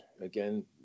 again